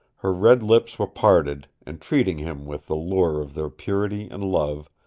her red lips were parted, entreating him with the lure of their purity and love,